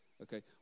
Okay